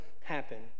happen